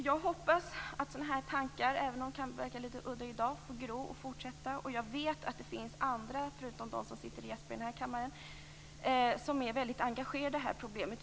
Jag hoppas att sådana här tankar, även om de kan verka litet udda i dag, får fortsätta att gro. Jag vet att det finns andra än de som sitter och gäspar i denna kammare som är väldigt engagerade i det här problemet.